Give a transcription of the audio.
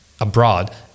abroad